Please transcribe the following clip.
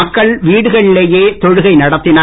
மக்கள் வீடுகளிலேயே தொழுகை நடத்தினர்